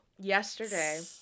yesterday